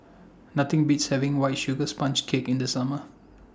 Nothing Beats having White Sugar Sponge Cake in The Summer